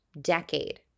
decade